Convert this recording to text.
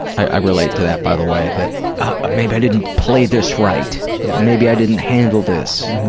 i relate to that, by the way, that ah maybe i didn't play this right, yeah maybe i didn't handle this,